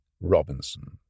Robinson